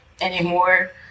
anymore